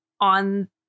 on